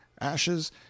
ashes